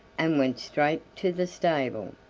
and went straight to the stable,